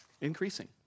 increasing